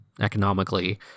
economically